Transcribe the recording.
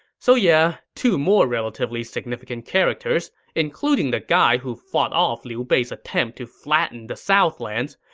so yeah, two more relatively significant characters, including the guy who fought off liu bei's attempt to flatten the southlands,